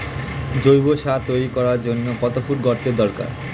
জৈব সার তৈরি করার জন্য কত ফুট গর্তের দরকার?